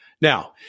Now